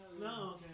No